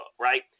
right